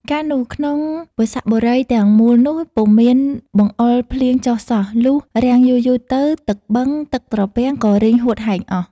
កាលនោះ ក្នុងវស្សបុរីទាំងមូលនោះ ពុំមានបង្អុរភ្លៀងចុះសោះ លុះរាំងយូរៗទៅ ទឹកបឹង ទឹកត្រពាំង ក៏រីងហួតហែងអស់។